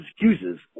excuses